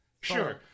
Sure